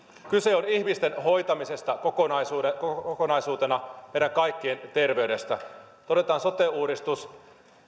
kyse on ihmisten hoitamisesta kokonaisuutena kokonaisuutena meidän kaikkien terveydestä toteutetaan sote uudistus